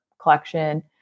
collection